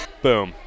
Boom